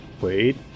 wait